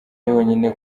yonyine